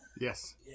Yes